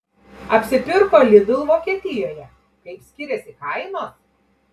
apsipirko lidl vokietijoje kaip skiriasi kainos